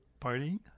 partying